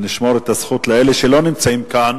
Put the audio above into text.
ונשמור את הזכות לאלה שלא נמצאים כאן